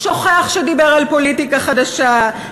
שוכח שדיבר על פוליטיקה חדשה,